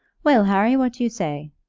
well, harry, what do you say?